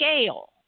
scale